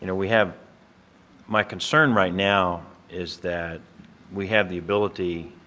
you know we have my concern right now is that we have the ability,